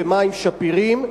במים שפירים,